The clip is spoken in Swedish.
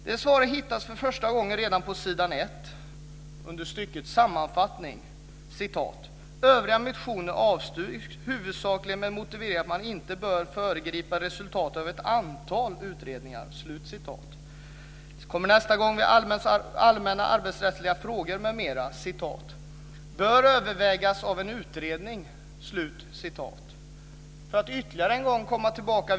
Detta svar hittas för första gången redan på s. 1 under stycket Sammanfattning: "Övriga motioner avstyrks huvudsakligen med motiveringen att man inte bör föregripa resultatet av ett antal utredningar." Nästa gång kommer det vid Allmänna arbetsrättsliga frågor m.m., där det står att frågan "bör övervägas av en utredning".